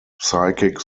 psychic